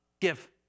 Give